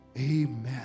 Amen